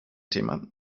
thema